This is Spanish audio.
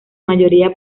mayoría